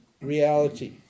reality